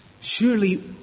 surely